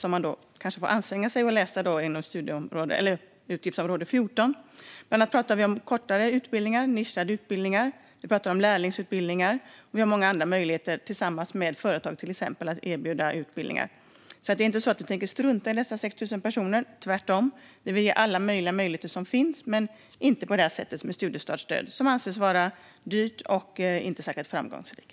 Man kanske får anstränga sig att läsa om dem inom utgiftsområde 14. Vi pratar om kortare utbildningar och nischade utbildningar. Vi pratar om lärlingsutbildningar. Vi har många andra möjligheter att erbjuda utbildningar, till exempel tillsammans med företag. Det är inte så att vi tänker strunta i nästan 6 000 personer, tvärtom. Vi vill ge alla möjligheter som finns, men inte på det här sättet, eftersom studiestartsstöd anses vara dyrt och inte särskilt framgångsrikt.